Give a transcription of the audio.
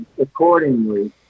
accordingly